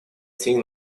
тень